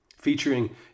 Featuring